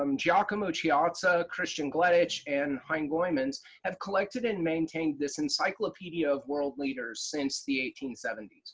um giacomo chiozza, kristian gleditsch and hein goemans have collected and maintained this encyclopedia of world leaders since the eighteen seventy s.